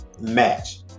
match